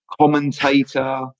commentator